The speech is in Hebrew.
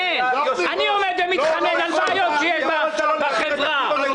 אנחנו צריכים לפגוע בתקציב אחר בשביל לממן אותו.